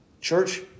Church